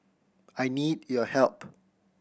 I need your help